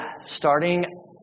starting